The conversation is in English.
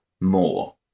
more